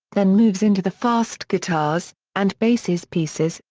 then moves into the fast guitars and basses pieces,